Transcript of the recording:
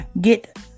get